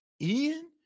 Ian